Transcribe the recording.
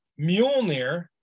Mjolnir